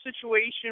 situation